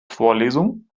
vorlesung